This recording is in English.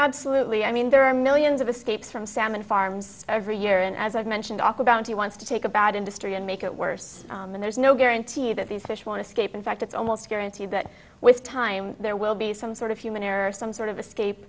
absolutely i mean there are millions of escapes from salmon farms every year and as i've mentioned aqua bounty wants to take a bad industry and make it worse and there's no guarantee that these fish want to escape in fact it's almost guaranteed that with time there will be some sort of human error some sort of escape